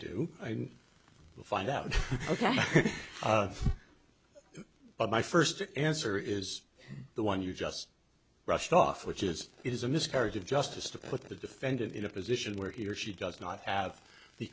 to find out ok but my first answer is the one you just brushed off which is it is a miscarriage of justice to put a defendant in a position where he or she does not have the